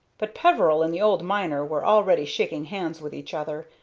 but peveril and the old miner were already shaking hands with each other,